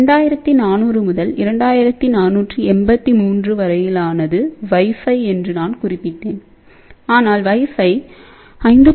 2400 முதல் 2483 வரையிலானது வைஃபை என்று நான் குறிப்பிட்டேன்ஆனால் வைஃபை 5